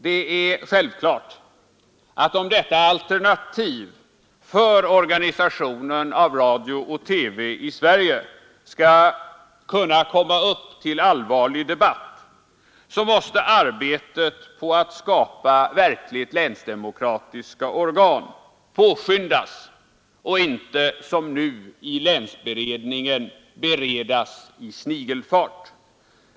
Det är självklart, att om detta alternativ för organisationen av radio-TV i Sverige skall kunna komma upp till allvarlig debatt, så måste arbetet på att skapa verkligt länsdemokratiska organ påskyndas och inte som nu i länsberedningen utredas i snigelfart.